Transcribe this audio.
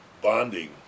bonding